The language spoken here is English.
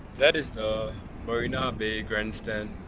that is the marina bay grandstand!